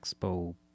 expo